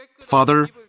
Father